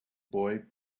boy